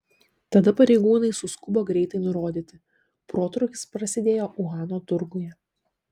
tada pareigūnai suskubo greitai nurodyti protrūkis prasidėjo uhano turguje